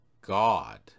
god